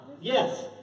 Yes